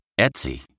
Etsy